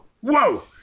whoa